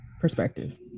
perspective